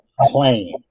Plane